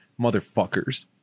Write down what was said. motherfuckers